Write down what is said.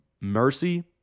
Mercy